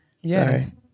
Yes